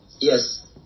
Yes